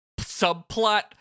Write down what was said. subplot